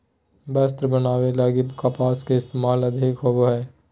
वस्त्र बनावे लगी कपास के इस्तेमाल अधिक होवो हय